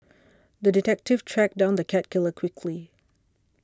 the detective tracked down the cat killer quickly